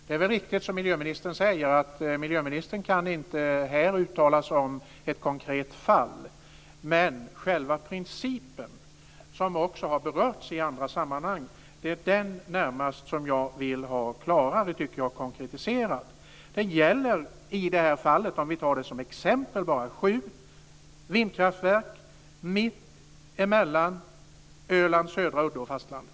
Det är riktigt, som miljöministern säger, att miljöministern inte här kan uttala sig om ett konkret fall. Men det är närmast själva principen, som också har berörts i andra sammanhang, som jag vill ha klarare konkretiserad. Det gäller i det här fallet, om vi tar det som exempel, sju vindkraftverk mittemellan Ölands södra udde och fastlandet.